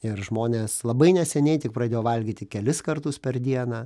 ir žmonės labai neseniai tik pradėjo valgyti kelis kartus per dieną